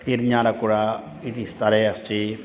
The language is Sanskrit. इर्न्यालकुरा इति स्थले अस्ति